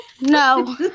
No